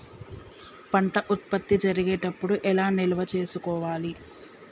పంట ఉత్పత్తి జరిగేటప్పుడు ఎలా నిల్వ చేసుకోవాలి?